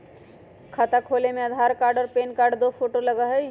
खाता खोले में आधार कार्ड और पेन कार्ड और दो फोटो लगहई?